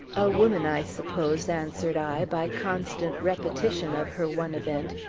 a woman, i suppose, answered i, by constant repetition of her one event,